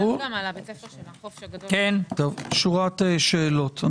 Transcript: שורת שאלות.